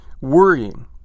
Worrying